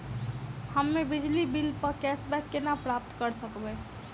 हम्मे बिजली बिल प कैशबैक केना प्राप्त करऽ सकबै?